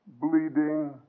bleeding